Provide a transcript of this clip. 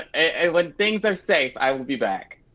and when things are safe, i will be back.